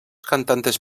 cantantes